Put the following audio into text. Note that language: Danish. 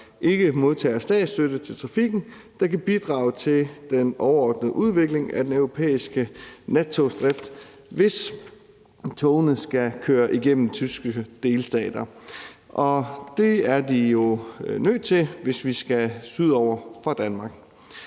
ikke modtager statsstøtte til trafikken, der kan bidrage til den overordnede udvikling af den europæiske nattogsdrift, hvis togene skal køre igennem tyske delstater. Og det er de jo nødt til, hvis de skal sydover fra Danmark.